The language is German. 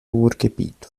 ruhrgebiet